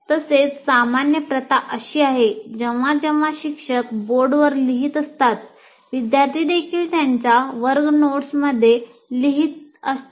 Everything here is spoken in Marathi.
तसेच सामान्य प्रथा अशी आहे जेव्हा जेव्हा शिक्षक बोर्डवर लिहित असतात विद्यार्थी देखील त्याच्या वर्ग नोट्समध्ये लिहित असतो